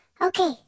okay